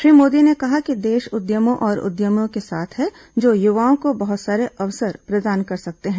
श्री मोदी ने कहा कि देश उद्यमों और उद्यमियों के साथ है जो युवाओं को बहुत सारे अवसर प्रदान कर सकते हैं